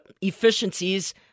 efficiencies